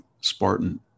Spartan